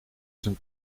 zijn